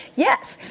yes.